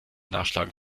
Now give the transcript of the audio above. nachschlagen